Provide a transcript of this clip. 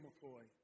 McCoy